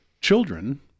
children